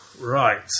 right